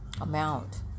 amount